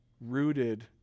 rooted